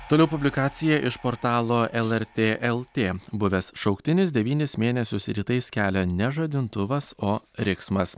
toliau publikacija iš portalo lrt lt buvęs šauktinis devynis mėnesius rytais kelia ne žadintuvas o riksmas